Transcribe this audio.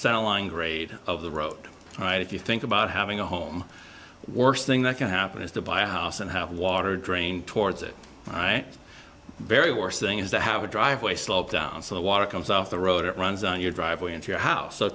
off grade of the road right if you think about having a home worst thing that can happen is to buy a house and have water drain towards it right the very worst thing is that have a driveway slope down so the water comes off the road it runs on your driveway into your house so